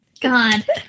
God